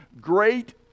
great